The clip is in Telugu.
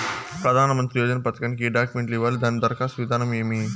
ప్రధానమంత్రి యోజన పథకానికి ఏ డాక్యుమెంట్లు ఇవ్వాలి దాని దరఖాస్తు విధానం ఏమి